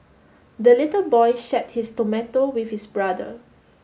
the little boy shared his tomato with his brother